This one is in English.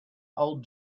old